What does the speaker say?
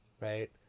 right